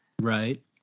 Right